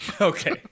Okay